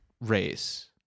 race